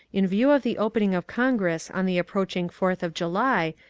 in view of the opening of congress on the approaching fourth of july,